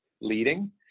leading